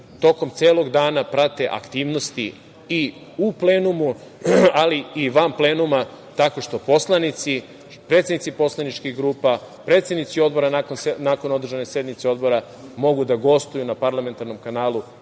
tokom celog dana prate aktivnosti i u plenumu, ali i van plenuma, tako što poslanici, predsednici poslaničkih grupa, predsednici odbora nakon održane sednice odbora mogu da gostuju na parlamentarnom kanalu